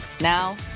Now